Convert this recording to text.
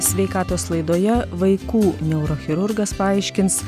sveikatos laidoje vaikų neurochirurgas paaiškins